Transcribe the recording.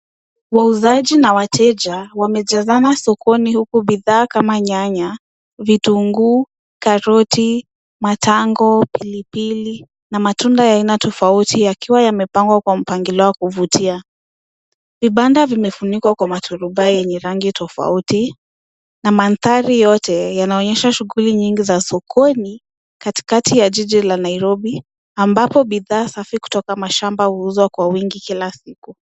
Wauzaji na wateja wamejazana sokoni huku bidhaa kama nyanya, vitunguu, karoti, matango, pilipili na matunda ya aina tofauti yakiwa yamepangwa kwa mpangilio wa kuvutia. Vibanda vimefunikwa kwa maturubai yenye rangi tofauti na mandhari yote yanaonyesha shuhguli nyingi za sokoni katikati ya jiji la Nairobi ambapo bidhaa safi kutoka mashamba huuzwa kwa wingi kila siku.